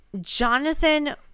Jonathan